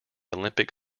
olympic